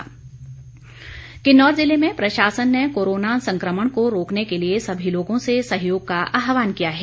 appeal Kinnaur जिले में प्रशासन ने कोरोना संक्रमण को रोकने के लिए सभी लोगों से सहयोग का आहवान किया है